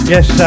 Yes